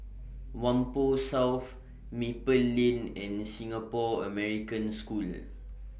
Whampoa South Maple Lane and Singapore American School